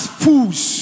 fools